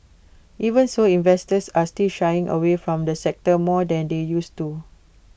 even so investors are still shying away from the sector more than they used to